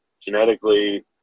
genetically